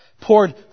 poured